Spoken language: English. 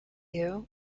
you